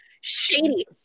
shady